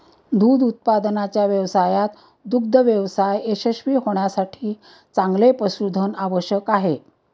दूध उत्पादनाच्या व्यवसायात दुग्ध व्यवसाय यशस्वी होण्यासाठी चांगले पशुधन आवश्यक आहे